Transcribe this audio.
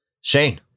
Shane